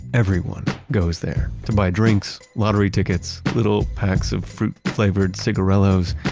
everyone goes there to buy drinks, lottery tickets, little packs of fruit-flavored cigarillos,